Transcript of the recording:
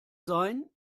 sein